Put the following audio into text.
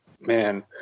Man